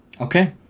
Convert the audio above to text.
Okay